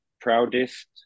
proudest